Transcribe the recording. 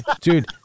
dude